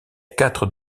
quatre